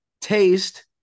taste